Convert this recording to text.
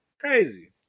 Crazy